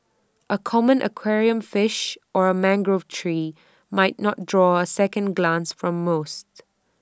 A common aquarium fish or A mangrove tree might not draw A second glance from most